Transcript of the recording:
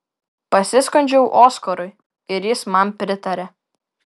pasiskundžiau oskarui ir jis man pritarė